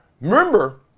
Remember